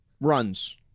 Runs